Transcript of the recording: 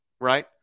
right